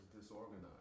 disorganized